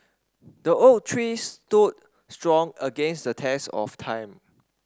the oak tree stood strong against the test of time